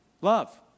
Love